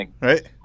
right